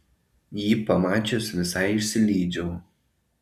jį pamačius visai išsilydžiau